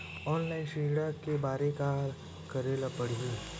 Online ऋण करे बर का करे ल पड़हि?